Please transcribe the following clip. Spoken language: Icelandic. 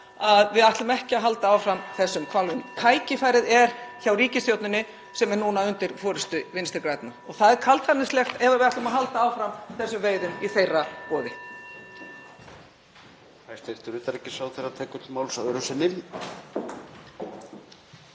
að við ætlum ekki að halda áfram þessum hvalveiðum. (Forseti hringir.) Tækifærið er hjá ríkisstjórninni sem er núna undir forystu Vinstri grænna og það er kaldhæðnislegt ef við ætlum að halda áfram þessum veiðum í þeirra boði.